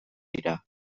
dira